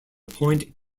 point